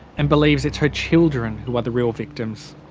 and believes it's her children who are the real victims.